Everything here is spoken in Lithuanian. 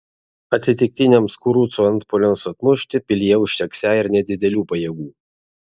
atsitiktiniams kurucų antpuoliams atmušti pilyje užteksią ir nedidelių pajėgų